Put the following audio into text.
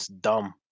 dumb